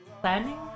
planning